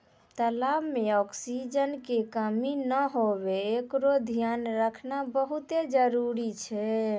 तलाब में ऑक्सीजन के कमी नै हुवे एकरोॅ धियान रखना बहुत्ते जरूरी छै